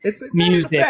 music